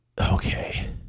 Okay